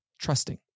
Trusting